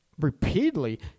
repeatedly